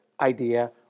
idea